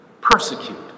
persecute